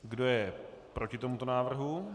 Kdo je proti tomuto návrhu?